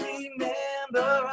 Remember